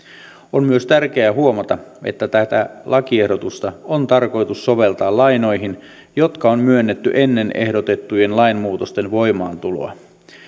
on myös tärkeää huomata että tätä lakiehdotusta on tarkoitus soveltaa lainoihin jotka on myönnetty ennen ehdotettujen lainmuutosten voimaantuloa